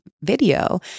video